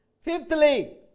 Fifthly